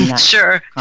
Sure